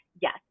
yes